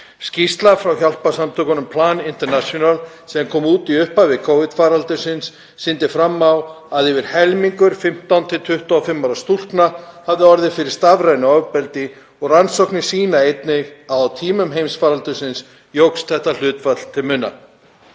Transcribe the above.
Skýrsla frá hjálparsamtökunum Plan International, sem kom út í upphafi Covid-faraldursins, sýndi fram á að yfir helmingur 15–25 ára stúlkna hafði orðið fyrir stafrænu ofbeldi og rannsóknir sýna einnig að á tímum heimsfaraldursins jókst þetta hlutfall til muna.